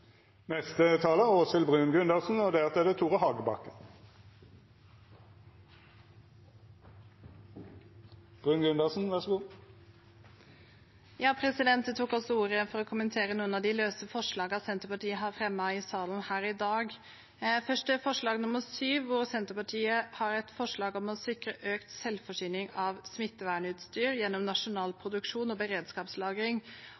Jeg tok også ordet for å kommentere de løse forslagene Senterpartiet har fremmet i salen her i dag. Først til forslag nr. 7, hvor Senterpartiet foreslår å sikre økt selvforsyning av smittevernutstyr gjennom nasjonal